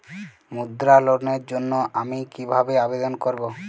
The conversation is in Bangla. মুদ্রা লোনের জন্য আমি কিভাবে আবেদন করবো?